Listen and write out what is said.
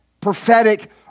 prophetic